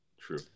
True